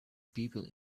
people